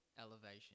Elevation